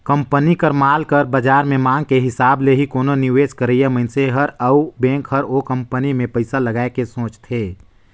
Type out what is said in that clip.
company कर माल कर बाजार में मांग के हिसाब ले ही कोनो निवेस करइया मनइसे हर अउ बेंक हर ओ कंपनी में पइसा लगाए के सोंचथे